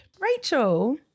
Rachel